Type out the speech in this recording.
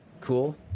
cool